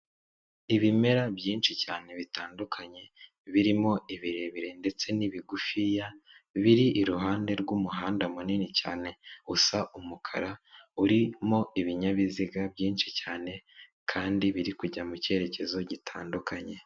Ibimera byinshi cyane bitandukanye birimo ibirebire ndetse n'ibigufiya biri iruhande rw'umuhanda munini cyane usa umukara urimo ibinyabiziga byinshi cyane kandi biri kujya mu cyerekezo gitandukanye.